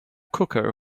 cooker